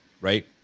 right